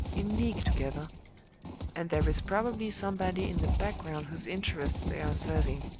in league together and there is probably somebody in the background whose interests they are serving.